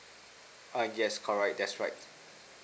err yes correct that's right